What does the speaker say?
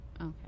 okay